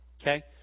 Okay